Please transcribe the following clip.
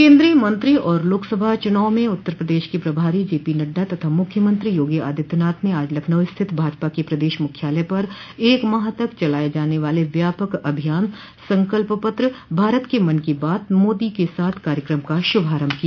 केन्द्रीय मंत्री और लोकसभा चुनाव में उत्तर प्रदेश के प्रभारी जपी नड्डा तथा मुख्यमंत्री योगी आदित्यनाथ ने आज लखनऊ स्थित भाजपा के प्रदेश मुख्यालय पर एक माह तक चलाये जाने वाले व्यापक अभियान संकल्प पत्र भारत के मन की बात मोदी के साथ कार्यक्रम का शुभारम्भ किया